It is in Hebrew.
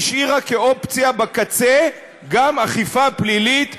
השאירה כאופציה בקצה גם אכיפה פלילית,